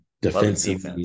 defensive